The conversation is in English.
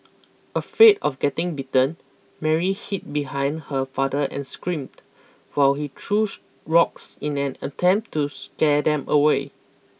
afraid of getting bitten Mary hid behind her father and screamed while he threw rocks in an attempt to scare them away